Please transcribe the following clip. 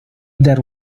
there